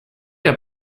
der